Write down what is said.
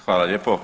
Hvala lijepo.